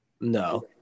no